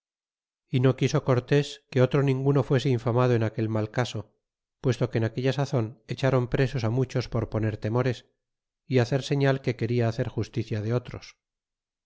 y no quizo cortés que otro ninguno fuese infamado en aquel mal caso puesto que en aquella sazon echron presos á muchos por poner temores y hacer señal que queda hacer justicia de otros